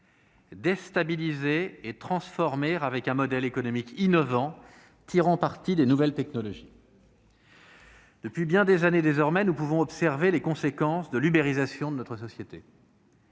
Déstabiliser et transformer, avec un modèle économique innovant tirant parti des nouvelles technologies ». Depuis bien des années désormais, nous pouvons observer les conséquences de l'ubérisation de notre société.